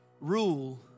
rule